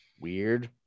weird